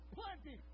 plenty